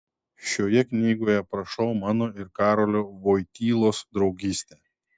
šioje knygoje aprašau mano ir karolio voitylos draugystę